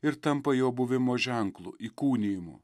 ir tampa jo buvimo ženklu įkūnijimu